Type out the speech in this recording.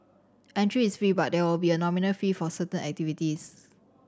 entry is free but there will be a nominal fee for certain activities